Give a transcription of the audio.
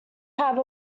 have